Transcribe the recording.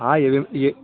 ہاں یہ یہ